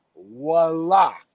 Voila